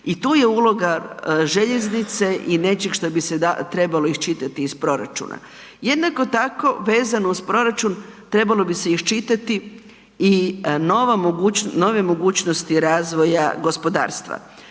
I tu je uloga željeznice i nečeg što bi se trebalo iščitati iz proračuna. Jednako tako vezano uz proračun trebalo bi se iščitati i nove mogućnosti razvoja gospodarstva.